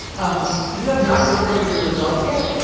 um you have not reported your results yet?